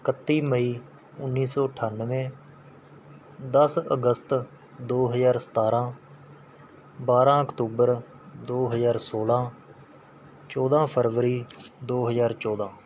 ਇਕੱਤੀ ਮਈ ਉੱਨੀ ਸੌ ਅਠਾਨਵੇਂ ਦਸ ਅਗਸਤ ਦੋ ਹਜ਼ਾਰ ਸਤਾਰ੍ਹਾਂ ਬਾਰ੍ਹਾਂ ਅਕਤੂਬਰ ਦੋ ਹਜ਼ਾਰ ਸੋਲ੍ਹਾਂ ਚੌਦ੍ਹਾਂ ਫਰਵਰੀ ਦੋ ਹਜ਼ਾਰ ਚੋਦ੍ਹਾਂ